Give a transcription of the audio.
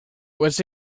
was